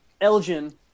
Elgin